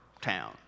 town